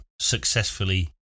successfully